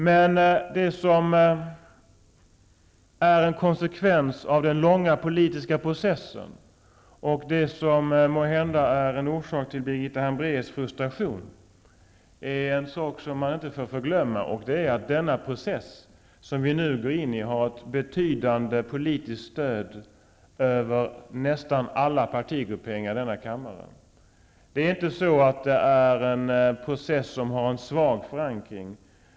Men en konsekvens av den långa politiska processen och måhända en orsak till Birgitta Hambraeus frustration är något som man inte får glömma, nämligen att den process som vi nu går in i har ett betydande politiskt stöd bland nästan alla politiska partigrupperingar i denna kammare. Det är inte en process som har en svag förankring.